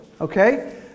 okay